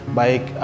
baik